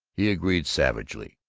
he agreed savagely.